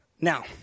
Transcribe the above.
Now